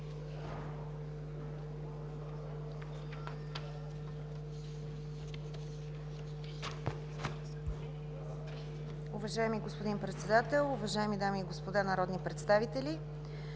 Уважаеми господин Председател, уважаеми дами и господа народни представители!